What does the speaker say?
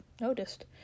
noticed